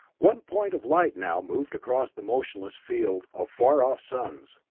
one point of light now moved across the motionless field of far-off suns,